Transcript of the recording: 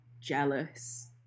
jealous